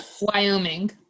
Wyoming